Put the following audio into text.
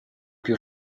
più